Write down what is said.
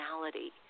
personality